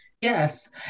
Yes